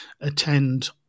attend